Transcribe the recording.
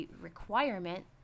requirement